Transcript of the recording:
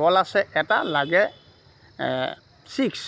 বল আছে এটা লাগে ছিক্স